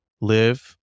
live